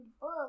book